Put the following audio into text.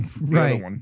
Right